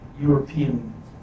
European